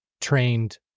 trained